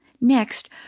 Next